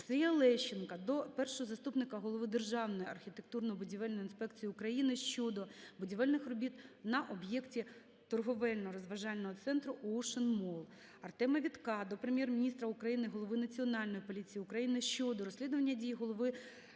Сергія Лещенка до першого заступника голови Державної архітектурно-будівельної інспекції України щодо будівельних робіт на об'єкті торговельно-розважального центру Оушен Молл. Артема Вітка до Прем'єр-міністра України, голови Національної поліції України щодо розслідування дій голови